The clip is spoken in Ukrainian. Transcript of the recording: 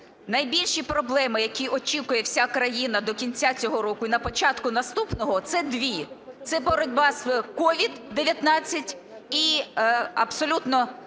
найбільші проблеми, які очікує вся країна до кінця цього року і на початку наступного, це дві – це боротьба з COVID-19 і абсолютна